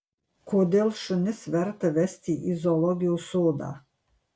kodėl šunis verta vesti į zoologijos sodą